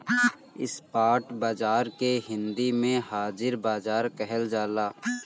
spot बाजार के हिंदी में हाजिर बाजार कहल जाला